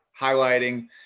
highlighting